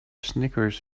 snickers